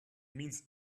means